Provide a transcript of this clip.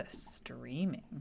streaming